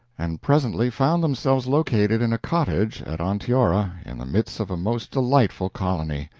and presently found themselves located in a cottage at onteora in the midst of a most delightful colony.